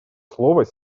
слов